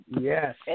Yes